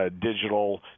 digital